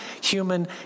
human